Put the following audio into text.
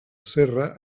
serra